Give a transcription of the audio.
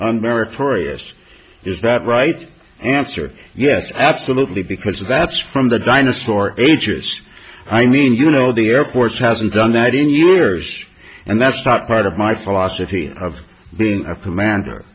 s is that right answer yes absolutely because that's from the dinosaur ages i mean you know the airports hasn't done that in years and that's not part of my philosophy of being a commander